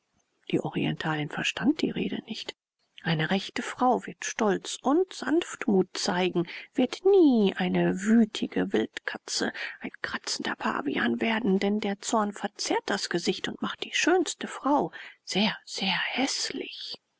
die orientalin verstand die rede nicht eine rechte frau wird stolz und sanftmut zeigen wird nie eine wütige wildkatze ein kratzender pavian werden denn der zorn verzerrt das gesicht und macht die schönste frau sehr sehr häßlich